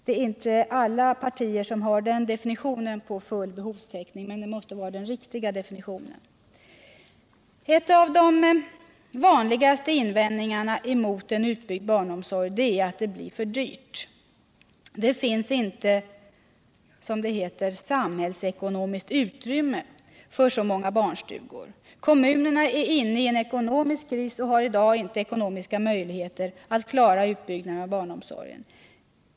— Det är inte alla partier som har denna definition på full behovstäckning, men detta måste vara den riktiga definitionen. En av de vanligaste invändningarna mot en utbyggd barnomsorg är att den blir för dyr; det finns inte, som det heter, ”samhällsekonomiskt utrymme” för så många barnstugor. Kommunerna är inne i en ekonomisk kris och har i dag inte ekonomiska möjligheter att klara utbyggnaden av barnomsorgen.